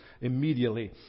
immediately